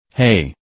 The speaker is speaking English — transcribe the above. Hey